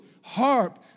harp